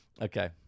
Okay